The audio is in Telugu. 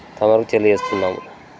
తమరికి తెలియజేస్తున్నాము